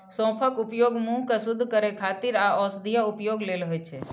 सौंफक उपयोग मुंह कें शुद्ध करै खातिर आ औषधीय उपयोग लेल होइ छै